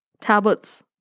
tablets